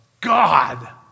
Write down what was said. God